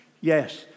Yes